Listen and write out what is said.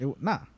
Nah